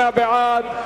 28 בעד,